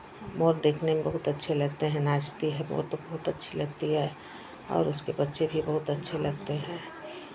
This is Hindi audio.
मोर देखने में बहुत अच्छे लगते हैं नाचती है मोर तो बहुत अच्छी लगती है और उसके बच्चे भी बहुत अच्छे लगते हैं